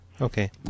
Okay